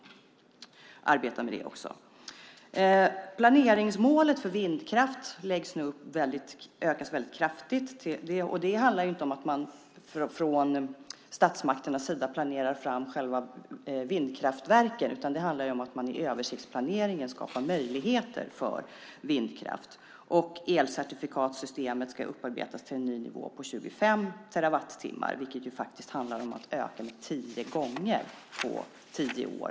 Planeringsmålet för vindkraft ökas kraftigt. Det handlar inte om att man från statsmakternas sida planerar fram själva vindkraftverken, utan det handlar om att i översiktsplaneringen skapa möjligheter för vindkraft. Elcertifikatssystemet ska upparbetas till en ny nivå på 25 terawattimmar, vilket faktiskt handlar om att öka tio gånger på tio år.